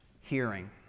hearing